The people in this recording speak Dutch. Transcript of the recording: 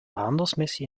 handelsmissie